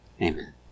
amen